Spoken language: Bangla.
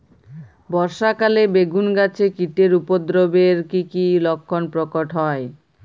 বর্ষা কালে বেগুন গাছে কীটের উপদ্রবে এর কী কী লক্ষণ প্রকট হয়?